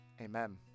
amen